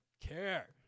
care